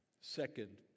Second